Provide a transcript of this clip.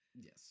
Yes